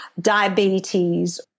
diabetes